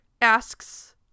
asks